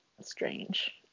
strange